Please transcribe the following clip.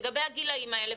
לגבי הגילים האלה,